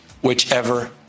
whichever